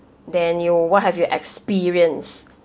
than you what have you experienced